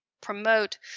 promote